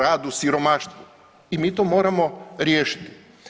Rad u siromaštvu i mi to moramo riješiti.